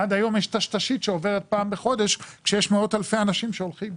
עד היום יש טשטשית שעוברת פעם בחודש כשיש מאות אלפי אנשים שהולכים.